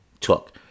took